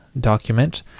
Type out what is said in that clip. document